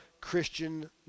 Christian